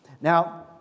Now